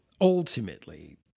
Ultimately